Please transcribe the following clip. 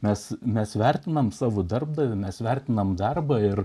nes mes vertinam savo darbdavį mes vertinam darbą ir